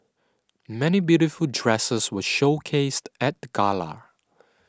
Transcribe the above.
many beautiful dresses were showcased at the gala